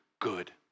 good